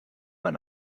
man